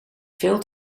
veel